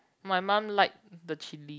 my mum like the chili